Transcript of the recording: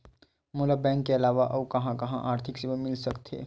मोला बैंक के अलावा आऊ कहां कहा आर्थिक सेवा मिल सकथे?